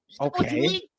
Okay